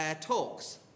talks